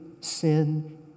sin